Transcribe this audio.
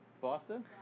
Boston